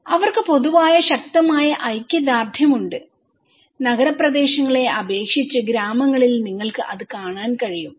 അവർക്ക് പൊതുവായ ശക്തമായ ഐക്യദാർഢ്യമുണ്ട് നഗരപ്രദേശങ്ങളെ അപേക്ഷിച്ച് ഗ്രാമങ്ങളിൽ നിങ്ങൾക്ക് അത് കാണാൻ കഴിയും